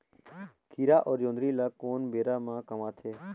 खीरा अउ जोंदरी ल कोन बेरा म कमाथे?